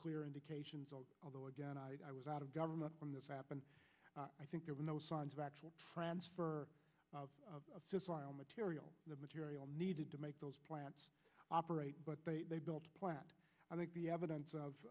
clear indications although again i was out of government from this happened i think there were no signs of actual transfer of while material the material needed to make those plants operate but they built platt i think the evidence of